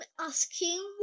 asking